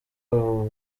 ubu